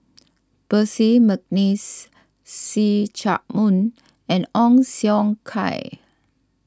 Percy McNeice See Chak Mun and Ong Siong Kai